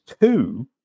two